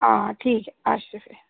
हां ठीक ऐ अच्छा फ्ही